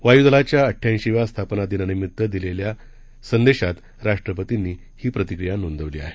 वायूदलाच्या अडुयाऐशीव्या स्थापना दिनानिमित्त दिलेल्या संदेशात राष्ट्रपतींनी ही प्रतिक्रिया नोंदवली आहे